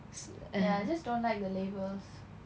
ya I just don't like the labels